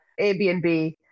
Airbnb